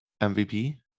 mvp